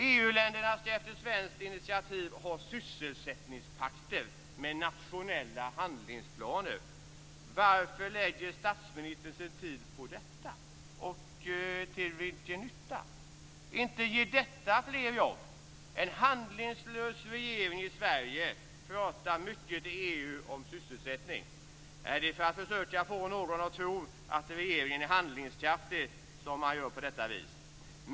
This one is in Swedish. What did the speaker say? EU-länderna skall efter svenskt initiativ ha sysselsättningspakter med nationella handlingsplaner. Varför lägger statsministern sin tid på detta, och till vilken nytta? Inte ger det fler jobb. En handlingslös regering i Sverige pratar mycket i EU om sysselsättning. Är det för att försöka få någon att tro att regeringen är handlingskraftig som man gör på detta vis?